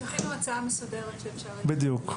תכינו הצעה מסודרת שאפשר יהיה --- בדיוק,